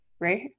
right